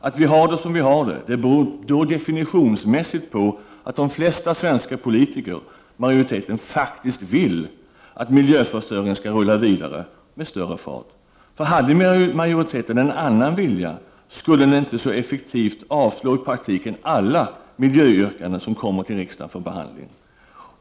Att vi har det som vi har det beror då definitionsmässigt på att de flesta svenska politiker — majoriteten — faktiskt vill att miljöförstöringen skall rulla vidare med större fart. För hade majoriteten en annan vilja, skulle den inte så effektivt avslå i praktiken alla miljöyrkanden som kommer till riksdagen för behandling.